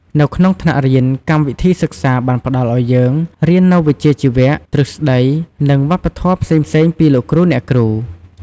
នៅក្នុងថ្នាក់រៀនកម្មវិធីសិក្សាបានផ្តល់ឲ្យយើងរៀននូវវិជ្ជាជីវៈ ទ្រឹស្តី និងវប្បធម៌ផ្សេងៗពីលោកគ្រូអ្នកគ្រូ។